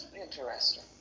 interesting